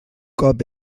cop